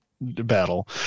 battle